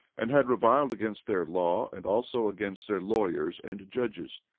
and had reviled against their law and also against their lawyers and judges.